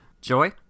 Joy